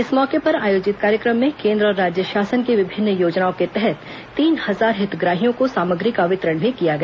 इस मौके पर आयोजित कार्यक्रम में केंद्र और राज्य शासन की विभिन्न योजनाओं के तहत तीन हजार हितग्राहियों को सामग्री का वितरण भी किया गया